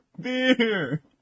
Beer